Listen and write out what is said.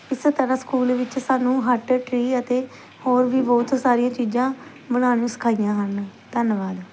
ਇਸ ਤਰ੍ਹਾ ਸਕੂਲ ਵਿੱਚ ਸਾਨੂੰ ਹੱਟ ਟ੍ਰੀ ਅਤੇ ਹੋਰ ਵੀ ਬਹੁਤ ਸਾਰੀਆਂ ਚੀਜ਼ਾਂ ਬਣਾਉਣੀਆਂ ਸਿਖਾਈਆਂ ਹਨ ਧੰਨਵਾਦ